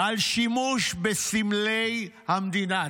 על שימוש בסמלי המדינה.